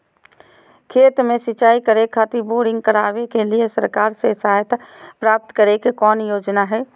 खेत में सिंचाई करे खातिर बोरिंग करावे के लिए सरकार से सहायता प्राप्त करें के कौन योजना हय?